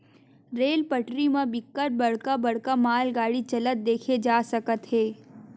rail पटरी म बिकट बड़का बड़का मालगाड़ी चलत देखे जा सकत हे